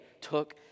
took